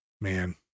man